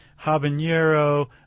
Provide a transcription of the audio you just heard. habanero